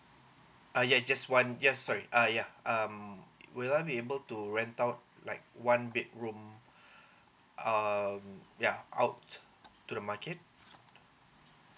uh yeah just one yeah yes sorry uh yeah um will I be able to rent out like one big room um yup out to the market